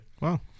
Wow